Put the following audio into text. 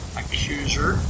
accuser